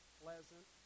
pleasant